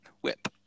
whip